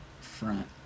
front